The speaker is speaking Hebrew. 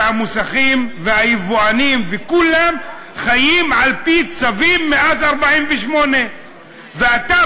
המוסכים והיבואנים וכולם חיים על-פי צווים מאז 1948. ואתה,